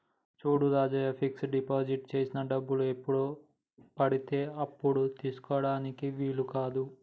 చూడు Rajavva fix deposit చేసిన డబ్బులు ఎప్పుడు పడితే అప్పుడు తీసుకుటానికి వీలు కాదు